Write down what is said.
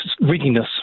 readiness